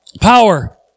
power